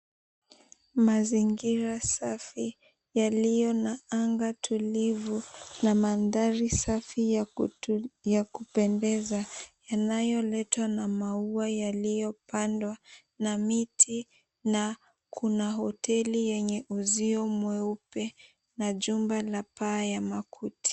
Mazingira safi yaliyo na anga tulivu na mandhari safi yakupendeza yanayoletwa na maua yaliyopandwa na miti na kuna hoteli yenye uzio mweupe na jumba la paa ya makuti.